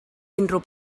unrhyw